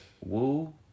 Woo